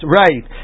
right